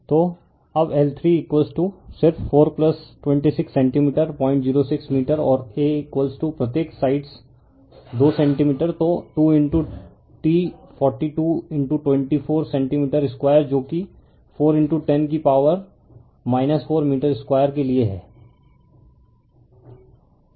refer slide time 1100 तो अब L3सिर्फ 426 सेंटीमीटर 006 मीटर और A प्रत्येक साइड्स 2 सेंटीमीटर तो 2t 4224 सेंटीमीटर स्क्वायर जो कि 410 की पॉवर 4 मीटर स्क्वायर के लिए है